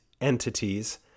entities